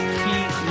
keep